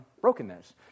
brokenness